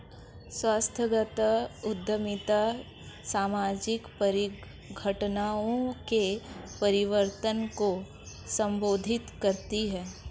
संस्थागत उद्यमिता सामाजिक परिघटनाओं के परिवर्तन को संबोधित करती है